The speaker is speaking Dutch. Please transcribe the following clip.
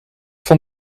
van